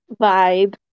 vibe